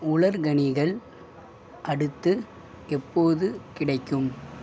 உலர்கனிகள் அடுத்து எப்போது கிடைக்கும்